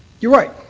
you're right.